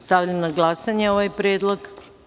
Stavljam na glasanje ovaj predlog.